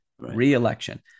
Re-election